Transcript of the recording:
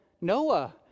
Noah